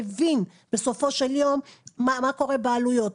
מבין בסופו של יום מה קורה בעלויות.